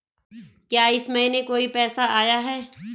क्या इस महीने कोई पैसा आया है?